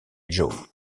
joe